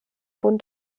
bund